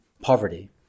poverty